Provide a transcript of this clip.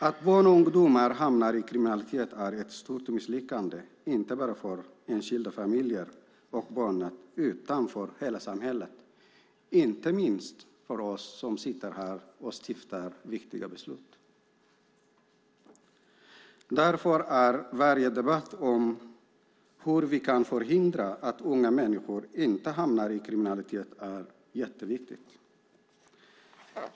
Att barn och ungdomar hamnar i kriminalitet är ett stort misslyckande, inte bara för enskilda familjer och barn utan för hela samhället, inte minst för oss som fattar viktiga beslut. Därför är varje debatt om hur vi kan förhindra att unga människor hamnar i kriminalitet viktig.